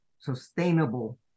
sustainable